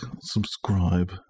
subscribe